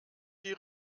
die